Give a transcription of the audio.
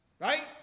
Right